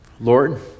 lord